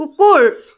কুকুৰ